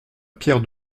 pierre